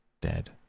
dead